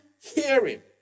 hearing